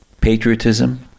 patriotism